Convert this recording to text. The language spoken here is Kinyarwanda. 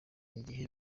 igihe